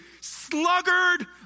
sluggard